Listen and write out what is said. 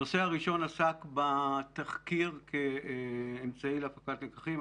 הנושא הראשון עסק בתחקיר כאמצעי להפקת לקחים.